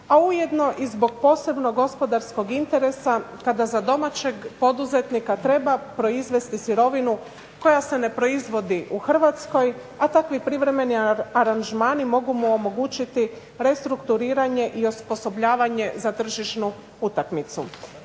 a ujedno i zbog posebnog gospodarskog interesa kada za domaćeg poduzetnika treba proizvesti sirovinu koja se ne proizvodi u Hrvatskoj, a takvi privremeni aranžmani mogu mu omogućiti restrukturiranje i osposobljavanje za tržišnu utakmicu.